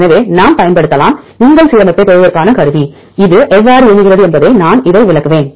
எனவே நாம் பயன்படுத்தலாம் உங்கள் சீரமைப்பைப் பெறுவதற்கான கருவி இது எவ்வாறு இயங்குகிறது என்பதை நான் இதை விளக்குவேன்